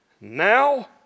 now